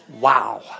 Wow